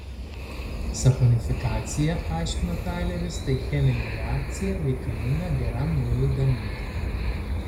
saponifikacija aiškina taileris tai cheminė reakcija reikalinga geram muilui gaminti